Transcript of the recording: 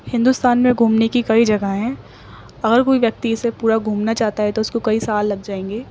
ہندوستان میں گھومنے کی کئی جگہیں ہیں اگر کوئی ویکتی اسے پورا گھومنا چاہتا ہے تو اس کو کئی سال لک جائیں گے